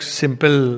simple